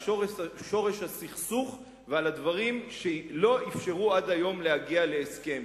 על שורש הסכסוך ועל הדברים שלא אפשרו עד היום להגיע להסכם.